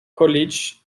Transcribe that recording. college